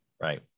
Right